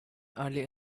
early